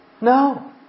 No